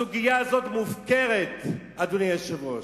הסוגיה הזאת מופקרת, אדוני היושב-ראש.